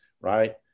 right